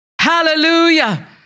Hallelujah